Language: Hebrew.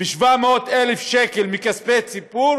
ב-700,000 שקל מכספי ציבור